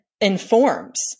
informs